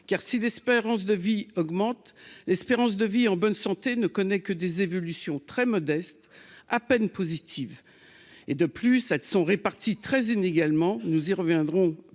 car si l'espérance de vie augmente l'espérance de vie en bonne santé ne connaît que des évolutions très modeste, à peine positives et de plus ça ne sont répartis très inégalement, nous y reviendrons pour